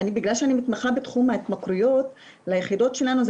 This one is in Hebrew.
בגלל שאני מתמחה בתחום ההתמכרויות ליחידות שלנו אני